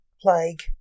Plague